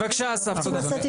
אסף.